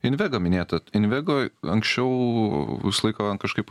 invega minėta invegoj anksčiau visą laiką kažkaip